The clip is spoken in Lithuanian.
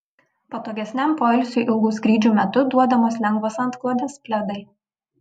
patogesniam poilsiui ilgų skrydžių metu duodamos lengvos antklodės pledai